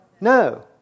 No